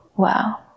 Wow